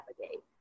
navigate